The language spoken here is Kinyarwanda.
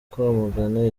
kwamagana